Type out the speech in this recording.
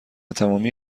تمامی